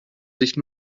sich